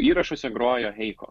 įrašuose grojo heiko